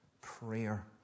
prayer